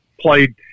played